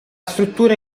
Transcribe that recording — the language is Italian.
struttura